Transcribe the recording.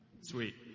Sweet